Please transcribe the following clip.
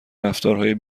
رفتارهای